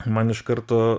man iš karto